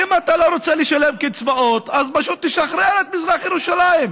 אם אתה לא רוצה לשלם קצבאות אז פשוט תשחרר את מזרח ירושלים.